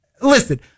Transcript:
listen